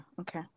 okay